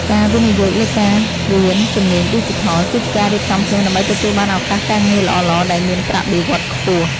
ការវិនិយោគលើការរៀនជំនាញឌីជីថល គឺជាការរៀបចំខ្លួនដើម្បីទទួលបានឱកាសការងារល្អៗដែលមានប្រាក់បៀវត្សរ៍ខ្ពស់។